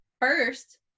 first